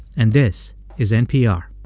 and this is npr